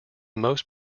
most